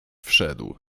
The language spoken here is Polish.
wszedł